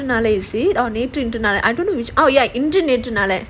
நேற்று இன்று நாளை:netru indru naalai I don't know which oh ya இன்று நேற்று நாளை:indru netru nalai